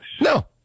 No